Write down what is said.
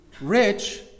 rich